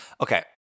Okay